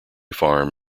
farm